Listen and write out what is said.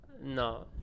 No